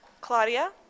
Claudia